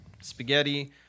spaghetti